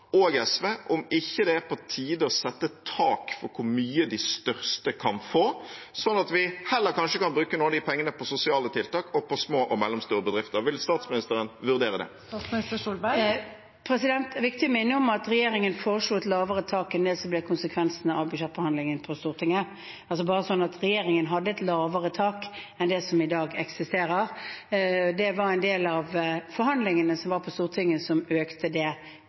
og SV om det ikke er på tide å sette et tak på hvor mye de største kan få, sånn at vi heller kanskje kan bruke noe av de pengene på sosiale tiltak og på små og mellomstore bedrifter. Vil statsministeren vurdere det? Det er viktig å minne om at regjeringen foreslo et lavere tak enn det som ble konsekvensen av budsjettbehandlingen på Stortinget – regjeringen hadde altså et lavere tak enn det som i dag eksisterer. Det var en del av forhandlingene på Stortinget som økte det